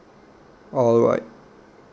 alright